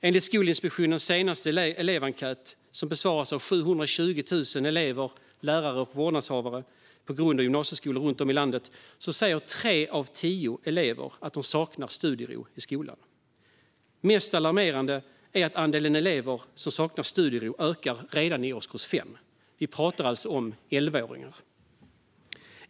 Enligt Skolinspektionens senaste elevenkät, som besvarats av 720 000 elever, lärare och vårdnadshavare på grund och gymnasieskolor runt om i landet, säger tre av tio elever att de saknar studiero i skolan. Mest alarmerande är att andelen elever som saknar studiero ökar redan i årskurs 5. Vi pratar alltså om elvaåringar.